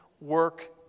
work